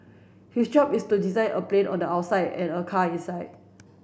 his job is to design a plane on the outside and a car inside